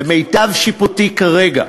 למיטב שיפוטי כרגע,